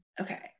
Okay